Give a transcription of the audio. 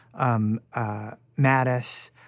Mattis